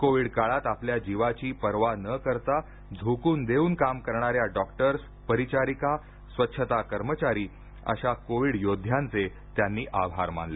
Covid काळात आपल्या जीवाची पर्वा न करता झोकून देऊन काम करणाऱ्या डॉक्टर्स परिचारिका स्वच्छता कर्मचारी अशा कोविड योद्ध्यांचे त्यांनी आभार मानले